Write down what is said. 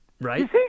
right